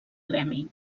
gremi